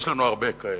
יש לנו הרבה כאלה.